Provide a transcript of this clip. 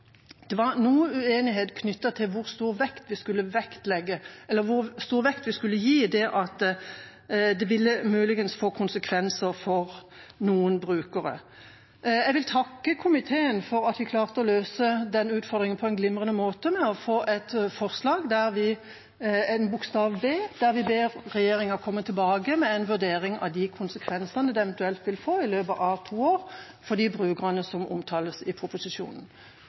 Det var noe uenighet knyttet til hvor stor vekt vi skulle gi det at det muligens ville få konsekvenser for noen brukere. Jeg vil takke komiteen for at vi klarte å løse den utfordringen på en glimrende måte ved å få et forslag, bokstav B, der vi ber regjeringa komme tilbake med en vurdering av de konsekvensene det eventuelt vil få, i løpet av to år, for de brukerne som omtales i proposisjonen.